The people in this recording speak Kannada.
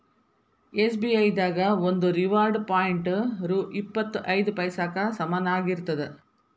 ಎಸ್.ಬಿ.ಐ ದಾಗ ಒಂದು ರಿವಾರ್ಡ್ ಪಾಯಿಂಟ್ ರೊ ಇಪ್ಪತ್ ಐದ ಪೈಸಾಕ್ಕ ಸಮನಾಗಿರ್ತದ